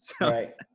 Right